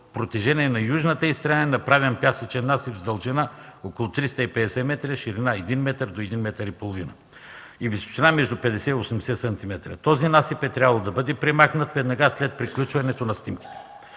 протежение на южната й страна е направен пясъчен насип с дължина около 350 метра, ширина 1-1,5 метра и с височина между 50 и 80 сантиметра. Този насип е трябвало да бъде премахнат веднага след приключването на снимките.